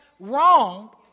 wrong